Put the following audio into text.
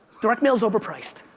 direct mail is overpriced.